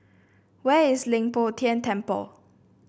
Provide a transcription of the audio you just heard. where is Leng Poh Tian Temple